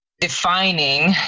defining